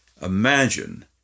imagine